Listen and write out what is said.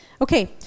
Okay